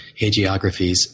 hagiographies